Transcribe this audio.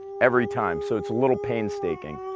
every time. so it's a little painstaking.